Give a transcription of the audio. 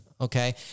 Okay